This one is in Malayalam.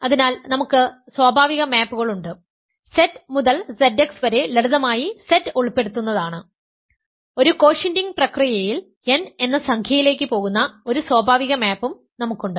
അതിനാൽ നമുക്ക് സ്വാഭാവിക മാപുകൾ ഉണ്ട് Z മുതൽ Zx വരെ ലളിതമായി Z ഉൾപ്പെടുത്തുന്നതാണ് ഒരു കോഷ്യന്റിങ് പ്രക്രിയയിൽ n എന്ന സംഖ്യയിലേക്ക് പോകുന്ന ഒരു സ്വാഭാവിക മാപ്പും നമുക്കുണ്ട്